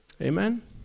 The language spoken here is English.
Amen